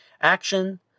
Action